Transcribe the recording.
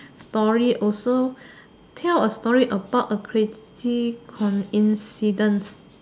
story also tell a story about a crazy coincidence